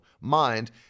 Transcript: mind